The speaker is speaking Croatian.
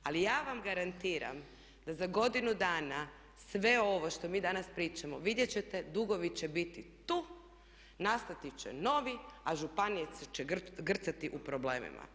Ali ja vam garantiram da za godinu dana sve ovo što mi danas pričamo vidjet ćete dugovi će biti tu, nastati će novi, a županije će grcati u problemima.